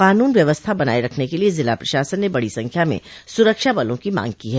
कानून व्यवस्था बनाये रखने के लिये जिला प्रशासन ने बड़ी संख्या में सुरक्षाबलों की मांग की है